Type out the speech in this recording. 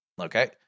Okay